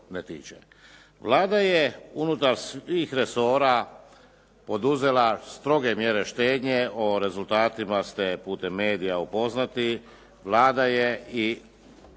Vlada je unutar svih resora poduzela stroge mjere štednje, o rezultatima ste putem medija upoznati.